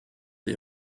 les